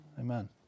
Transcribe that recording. Amen